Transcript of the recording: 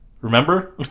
Remember